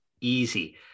easy